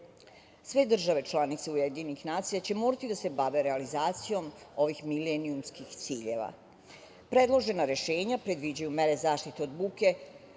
Sve države članice Ujedinjenih nacija će morati da se bave realizacijom ovih milenijumskih ciljeva. Predložena rešenja predviđaju mere zaštite od buke